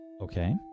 Okay